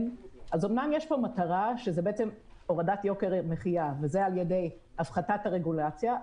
אז אמנם יש פה מטרה של הורדת יוקר מחיה וזאת על-ידי הפחתת הרגולציה,